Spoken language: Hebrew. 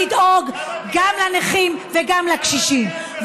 לדאוג גם לנכים וגם לקשישים.